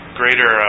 greater